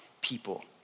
people